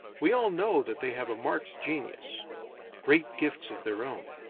we all know that they have a marked genius great gifts of their own.